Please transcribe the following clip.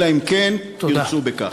אלא אם כן ירצו בכך.